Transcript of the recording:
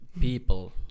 People